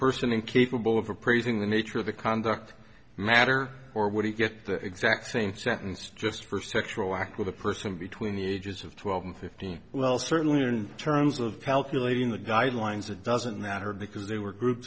person incapable of appraising the nature of a conduct matter or would he get the exact same sentence just for sexual act with a person between the ages of twelve and fifteen well certainly in terms of calculating the guidelines it doesn't matter because they were group